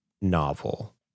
novel